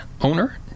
owner